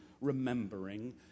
remembering